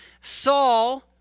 Saul